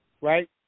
right